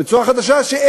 רצועה חדשה,